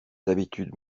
habitudes